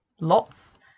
lots